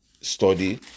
study